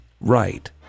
Right